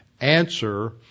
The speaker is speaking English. answer